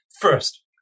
first